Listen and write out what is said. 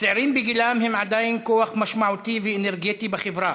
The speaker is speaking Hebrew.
הצעירים בגילם הם עדיין כוח משמעותי ואנרגטי בחברה,